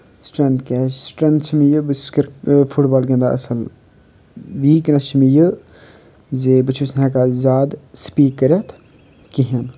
strength کیٛاہ strength چھِ مےٚ یہِ بہٕ چھُس کِر فُٹ بال گِنٛدان اَصٕل ویٖکنیٚس چھِ مےٚ یہِ زِ بہٕ چھُس نہٕ ہٮ۪کان زیادٕ سپیٖک کٔرِتھ کِہیٖنۍ